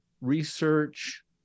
research